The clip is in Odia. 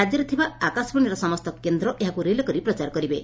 ରାକ୍ୟରେ ଥିବା ଆକାଶବାଶୀର ସମସ୍ତ କେନ୍ଦ୍ର ଏହାକୁ ରିଲେ କରି ପ୍ରଚାର କରିବେ